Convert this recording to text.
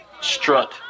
Strut